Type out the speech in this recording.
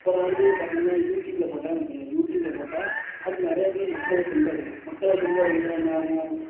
அப்புறம் வந்து பார்த்திங்கன்னா யூடியூபில் போட்டால் வச்சுக்கங்க யூடியூபில் போட்டால் அது நிறைய பேர் மக்களை சென்றடையும் மக்களை சென்றடஞ்சதுன்னால் என்னாகும்